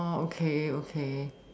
oh okay okay